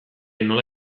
nola